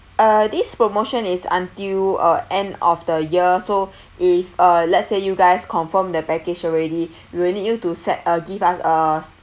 uh this promotion is until uh end of the year so if uh let's say you guys confirm the package already we will need you to set uh give us uh